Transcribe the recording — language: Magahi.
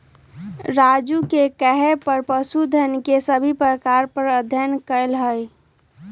राजू के कहे पर मैं पशुधन के सभी प्रकार पर अध्ययन कैलय हई